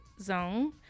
zone